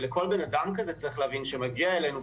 ולכל בנאדם כזה צריך להבין שמגיע אלינו,